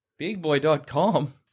Bigboy.com